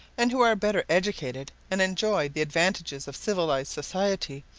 and who are better educated, and enjoy the advantages of civilized society,